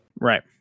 Right